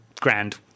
grand